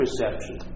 perception